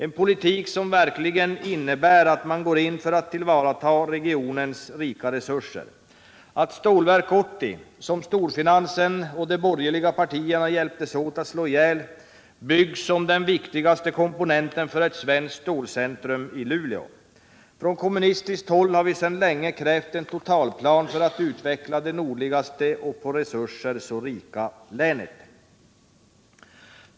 En politik som verkligen innebär att man går in för att tillvarata regionens rika resurser, att Stålverk 80, som storfinansen och de borgerliga partierna hjälptes åt att slå ihjäl, byggs som den viktigaste komponenten för ett svenskt stålcentrum i Luleå. Från kommunistiskt håll har vi sedan länge krävt en totalplan för att utveckla det nordligaste och på resurser så rika länet.